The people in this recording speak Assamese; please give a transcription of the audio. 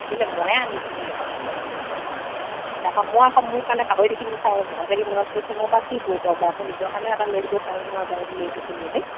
কেলে ময়ে আনি দিও দেখোন সেইনাখন তোমাৰ মই আকৌ মোৰ কাৰণে পাহৰি আৰু ঘৰত আহি মনত পৰিছে মই বাৰু কি বুৰ্বক বাৰু মই নিজৰ কাৰণেও এটা লৈ আহিব পাৰো নহয়